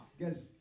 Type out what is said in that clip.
guys